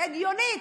הגיונית,